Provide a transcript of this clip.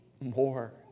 more